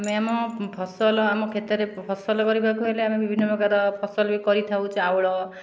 ଆମେ ଆମ ଫସଲ ଆମ କ୍ଷେତରେ ଫସଲ କରିବାକୁ ହେଲେ ଆମେ ବିଭିନ୍ନ ପ୍ରକାର ଫସଲ ବି କରିଥାଉ ଚାଉଳ